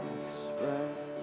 express